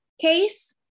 case